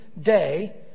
day